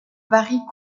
varie